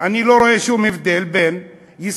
אני לא רואה שום הבדל בין ישראל,